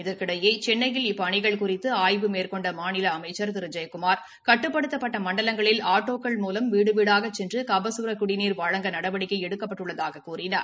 இதற்கிடையே சென்னையில் இப்பணிகள் குறித்து ஆய்வு மேற்கொண்ட மாநில அமைச்சா் திரு ஜெயக்குமார் கட்டுப்படுத்தப்பட்ட மண்டலங்களில் ஆட்டோக்கள் மூலம் வீடு வீடாகச் சென்று கபசுர குடிநீர் வழங்க நடவடிக்கை எடுக்கப்பட்டுள்ளதாகக் கூறினார்